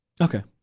Okay